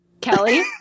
Kelly